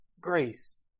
grace